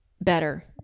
better